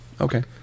Okay